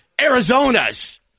Arizona's